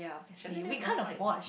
chandelier no point